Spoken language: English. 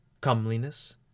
comeliness